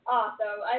awesome